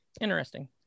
Interesting